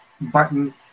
button